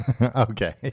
Okay